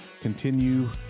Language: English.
continue